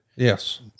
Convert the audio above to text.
Yes